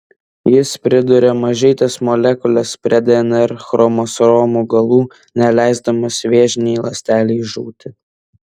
jis priduria mažytes molekules prie dnr chromosomų galų neleisdamas vėžinei ląstelei žūti